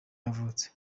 yavutse